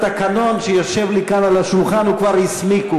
התקנון שיושב לי כאן על השולחן כבר הסמיק.